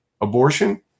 abortion